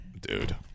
dude